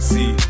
See